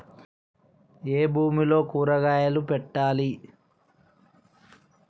ఏ భూమిలో కూరగాయలు పెట్టాలి?